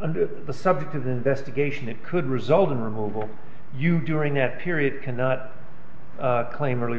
under the subject of investigation that could result in removal you during that period cannot claim early